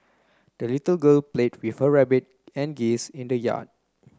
the little girl played with her rabbit and geese in the yard